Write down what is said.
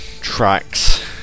tracks